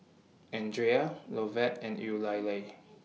Andria Lovett and Eulalie